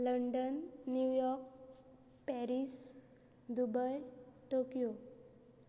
London New York Paris Dubai Tokyo